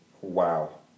Wow